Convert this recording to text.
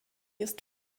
ist